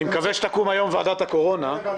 אני מקווה שתקום היום ועדת הקורונה.